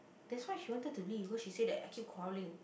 that's why she wanted to leave because she said that I keep quarreling